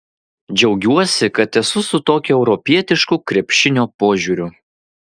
džiaugiuosi kad esu su tokiu europietišku krepšinio požiūriu